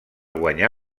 guanyar